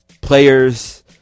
players